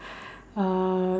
uh